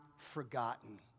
forgotten